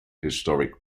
historic